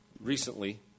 recently